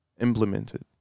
implemented